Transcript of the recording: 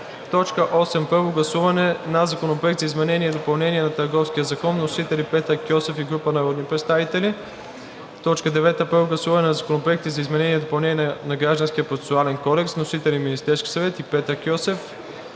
г. 8. Първо гласуване на Законопроекта за изменение и допълнение на Търговския закон. Вносители са Петър Кьосев и група народни представители, 15 юни 2022 г. 9. Първо гласуване на законопроекти за изменение и допълнение на Гражданския процесуален кодекс. Вносители са Министерският съвет, 1 юли